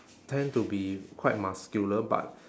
tend to be quite muscular but